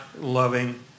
loving